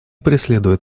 преследуют